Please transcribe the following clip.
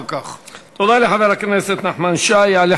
נשאר עמוק, הוא צרוב.